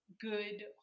good